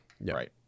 right